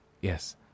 yes